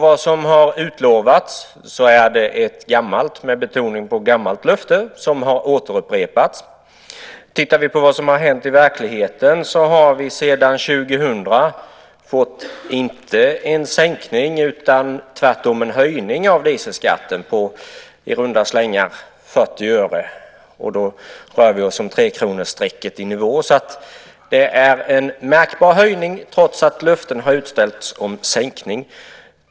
Vad som har utställts är ett gammalt - med betoning på gammalt - löfte som har upprepats. Vad som har hänt i verkligheten är att vi sedan 2000 inte fått en sänkning utan tvärtom en höjning av dieselskatten på i runda slängar 40 öre. Då rör det sig om trekronorsstrecket i nivå. Det är en märkbar höjning trots att löften har utställts om sänkning.